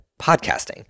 podcasting